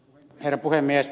herra puhemies